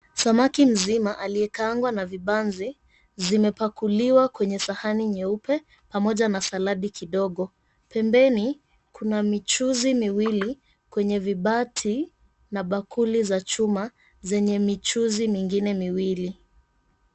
Samaki mzima aliyekaangwa na vibanzi zimepakuliwa kwenye sahani nyeupe, pamoja na saladi kidogo. Pembeni kuna michuzi miwili kwenye vibati na bakuli za chuma zenye michuzi mingine miwili.